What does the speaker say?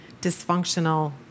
dysfunctional